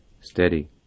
steady